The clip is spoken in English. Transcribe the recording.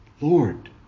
Lord